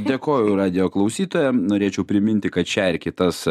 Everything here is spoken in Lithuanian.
dėkoju radijo klausytojam norėčiau priminti kad šią ir kitas